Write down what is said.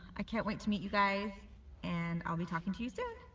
i can't wait to meet you guys and i'll be talking to you soon